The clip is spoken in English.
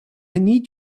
need